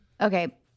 Okay